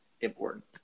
important